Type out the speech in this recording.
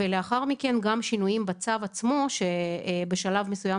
ולאחר מכן גם שינויים בצו עצמו שבשלב מסוים